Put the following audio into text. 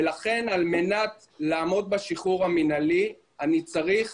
ולכן על מנת לעמוד בשחרור המינהלי אני צריך